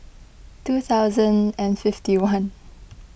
two thousand and fifty one